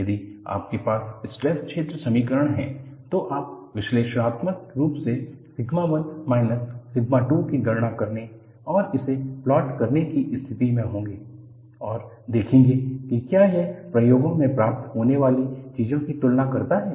यदि आपके पास स्ट्रेस क्षेत्र समीकरण हैं तो आप विश्लेषणात्मक रूप से सिग्मा 1 माइनस सिग्मा 2 की गणना करने और इसे प्लॉट करने की स्थिति में होंगे और देखेंगे कि क्या यह प्रयोगों में प्राप्त होने वाली चीज़ों की तुलना करता है